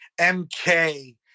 MK